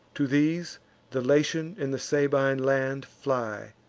to these the latian and the sabine land fly,